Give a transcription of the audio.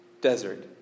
desert